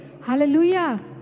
Hallelujah